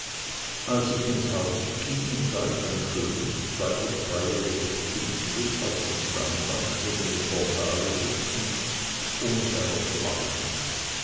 als ich ins haus ging sah ich ein schönes zwei bis dreijähriges kind still auf der steinbank neben dem portale sitzen ohne seiner zu achten